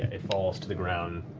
it falls to the ground,